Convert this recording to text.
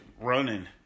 running